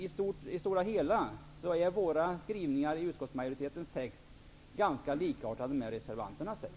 I det stora hela är skrivningarna i utskottsmajoritetens text ganska likartade reservanternas text.